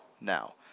now